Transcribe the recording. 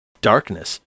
darkness